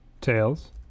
Tails